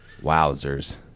Wowzers